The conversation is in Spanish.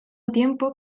tiempo